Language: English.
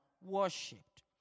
worshipped